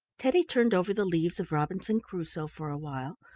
teddy turned over the leaves of robinson crusoe for a while,